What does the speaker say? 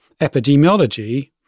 epidemiology